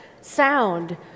sound